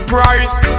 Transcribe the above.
Price